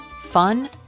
fun